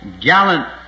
gallant